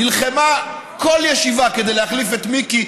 נלחמה כל ישיבה כדי להחליף את מיקי,